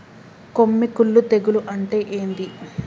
కొమ్మి కుల్లు తెగులు అంటే ఏంది?